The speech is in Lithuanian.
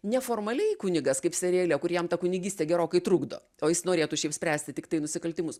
ne formaliai kunigas kaip seriale kur jam ta kunigystė gerokai trukdo o jis norėtų šiaip spręsti tiktai nusikaltimus